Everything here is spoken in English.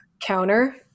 Counter